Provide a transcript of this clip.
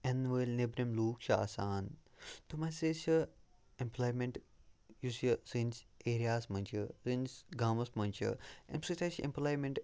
یِنہٕ وٲلۍ نیٚبرِم لوٗکھ چھِ آسان تِم ہَسے چھِ اٮ۪مپٕلایمٮ۪نٛٹ یُس یہِ سٲنِس ایریاہَس منٛز چھِ سٲنِس گامَس منٛز چھِ اَمہِ سۭتۍ حظ چھِ اٮ۪مپٕلایمٮ۪نٛٹ